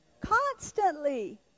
Constantly